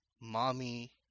Mommy